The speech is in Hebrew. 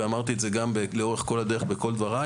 ואמרתי את זה גם לאורך כל הדרך בכל דבריי,